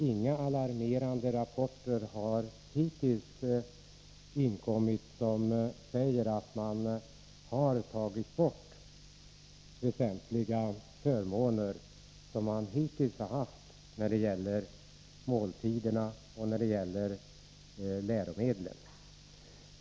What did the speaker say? Inga alarmerande rapporter har hittills inkommit om att väsentliga förmåner har tagits bort när det gäller måltiderna och läromedlen.